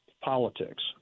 politics